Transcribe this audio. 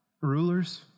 rulers